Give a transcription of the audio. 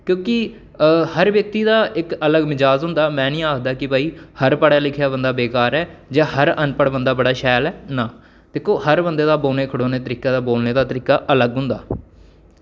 क्योंकि हर व्यक्ति दा हर इक अलग मिजाज़ होंदा में निं आखदा भई की हर इक पढ़ेआ लिखेआ बंदा बेकार ऐ भई जां हर अनपढ़ बंदा बड़ा शैल ऐ ना दिक्खो हर बंदे दा बौह्ने खड़ोने दा ते बोलने दा तरीका अलग होंदा